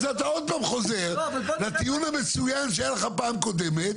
אתה עוד פעם חוזר לטיעון המצוין שהיה לך פעם קודם,